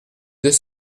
deux